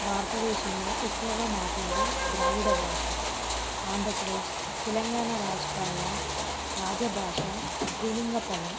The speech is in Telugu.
భారతదేశంలో ఎక్కువగా మాట్లాడే ద్రావిడ భాష ఆంధ్రప్రదేశ్ తెలంగాణ రాష్ట్రాల రాజభాష త్రిలింగ పదం